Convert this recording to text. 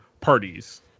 parties